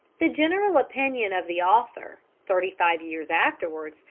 the general opinion of the author, thirty-five years afterwards,